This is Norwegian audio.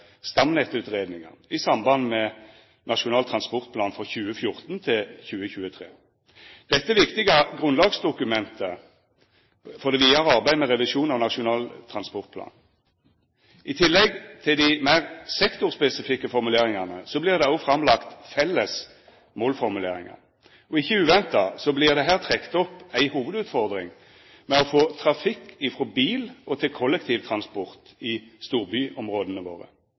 i samband med Nasjonal transportplan for 2014–2023. Dette er viktige grunnlagsdokument for det vidare arbeidet med revisjon av Nasjonal transportplan. I tillegg til dei meir sektorspesifikke formuleringane vert det òg framlagt felles målformuleringar. Ikkje uventa vert det her trekt opp ei hovudutfordring med å få trafikk frå bil til kollektivtransport i storbyområda våre.